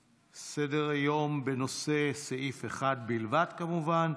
סדר-היום, בנושא סעיף 1 בלבד, כמובן.